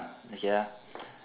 okay ah